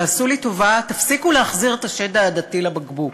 תעשו לי טובה, תפסיקו להחזיר את השד העדתי לבקבוק.